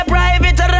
Private